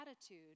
attitude